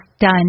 done